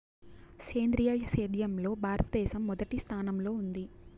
సేంద్రీయ సేద్యంలో భారతదేశం మొదటి స్థానంలో ఉంది